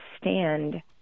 stand